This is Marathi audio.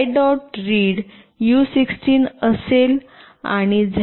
read u16 असेल आणि z1 हे z